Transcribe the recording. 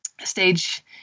stage